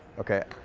okay,